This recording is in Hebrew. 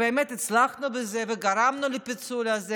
באמת הצלחנו בזה וגרמנו לפיצול הזה,